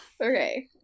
Okay